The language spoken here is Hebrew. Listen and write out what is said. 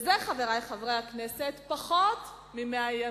וזה, חברי חברי הכנסת, פחות מ-100 ימים.